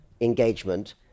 engagement